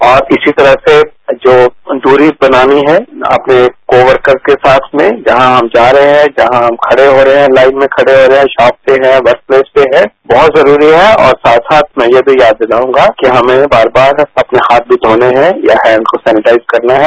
और इसी तरह से जो दूरी बनानी हैं अपने को वर्कर के साथ में जहां हम जा रहे हैं जहां हम खड़े हो रहे हैं लाइन में खड़े हो रहे हैं शोप पर हैं वर्कप्लेस पर हैं बहुत जरूरी है और साथ साथ में ये भी याद दिलारूंगा कि हमें बार बार अपने हाथ भी धोने हैं या हैंड को सैनेटाइज करना है